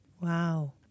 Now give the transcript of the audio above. Wow